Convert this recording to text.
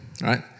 right